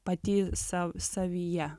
pati sav savyje